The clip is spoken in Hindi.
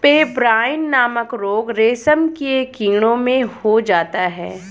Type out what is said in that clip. पेब्राइन नामक रोग रेशम के कीड़ों में हो जाता है